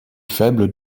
faible